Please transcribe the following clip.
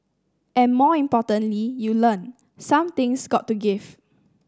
and more importantly you learn some things got to give